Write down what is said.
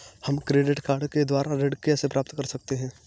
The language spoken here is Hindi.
हम क्रेडिट कार्ड के द्वारा ऋण कैसे प्राप्त कर सकते हैं?